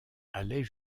allaient